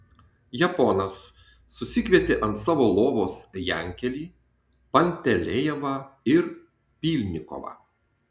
japonas susikvietė ant savo lovos jankelį pantelejevą ir pylnikovą